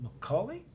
McCauley